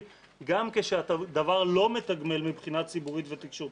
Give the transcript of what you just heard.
גם כשהדבר לא מתגמל מבחינה ציבורית ותקשורתית.